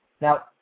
Now